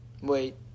Wait